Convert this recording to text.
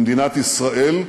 במדינת ישראל,